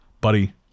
Buddy